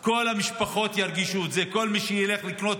כל המשפחות ירגישו את זה, כל מי שילך לקנות